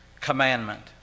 commandment